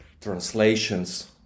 translations